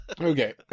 Okay